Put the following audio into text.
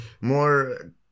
more